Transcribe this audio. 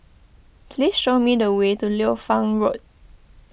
please show me the way to Liu Fang Road